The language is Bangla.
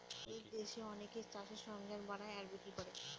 আমাদের দেশে অনেকে চাষের সরঞ্জাম বানায় আর বিক্রি করে